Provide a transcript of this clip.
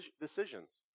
decisions